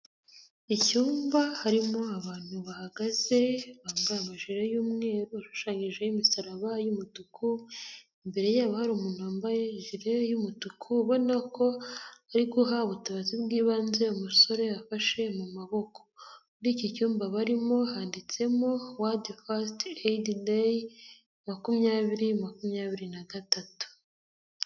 Icyumba harimo abantu bahagaze bambaye amaji yumweru ashushanyijeho imisaraba yumutuku, imbere yabo hari umuntu wambaye ijire y'umutuku ubona ko bari guha ubutabazi bw'ibanze umusore bafashe mumaboko. Muri iki cyumba barimo handitsemo ''World first Aid day 2023.''